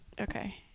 Okay